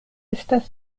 estas